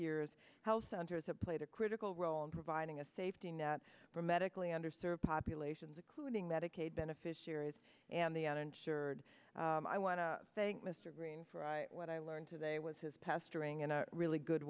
years health centers have played a critical role in providing a safety net for medically underserved populations including medicaid beneficiaries and the uninsured i want to thank mr green for what i learned today was his pestering in a really good